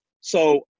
So-